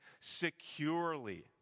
securely